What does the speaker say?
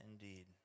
indeed